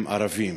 הם ערבים.